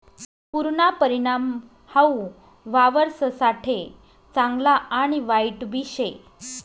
पुरना परिणाम हाऊ वावरससाठे चांगला आणि वाईटबी शे